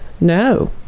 no